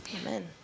Amen